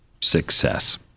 success